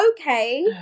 okay